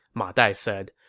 ma dai said.